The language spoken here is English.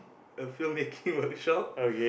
a film making workshop